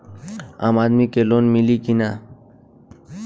आम आदमी के लोन मिली कि ना?